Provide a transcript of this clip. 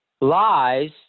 lies